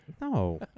No